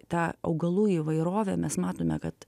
ta augalų įvairovė mes matome kad